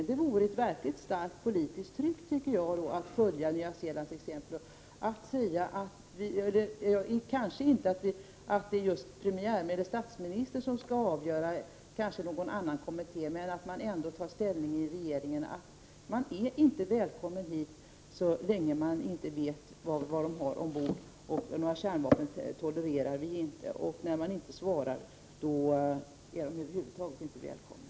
Att följa Nya Zeelands exempel skulle tjäna som ett verkligt starkt politiskt tryck. Det kanske inte behöver vara statsministern som avgör detta, utan det kan t.ex. en kommitté göra. I varje fall bör regeringen ta ställning i frågan och förklara att man inte är välkommen hit så länge man inte talar om vad som finns ombord på fartygen. Kärnvapen skall vi inte tolerera. Om man inte lämnar ett svar, skall man över huvud taget inte vara välkommen.